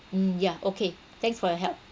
mm yeah okay thanks for your help